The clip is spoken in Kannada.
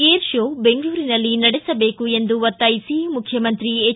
ಏರ್ ಷೋ ಬೆಂಗಳೂರಿನಲ್ಲಿ ನಡೆಸಬೇಕು ಎಂದು ಒತ್ತಾಯಿಸಿ ಮುಖ್ಯಮಂತ್ರಿ ಎಚ್